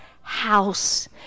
house